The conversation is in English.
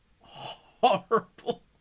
horrible